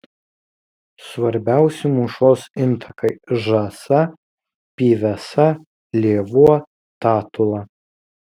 svarbiausi mūšos intakai žąsa pyvesa lėvuo tatula